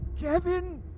Kevin